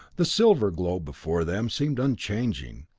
the silver globe before them seemed unchanging,